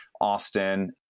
Austin